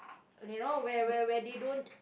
you know where where where they don't